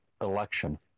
election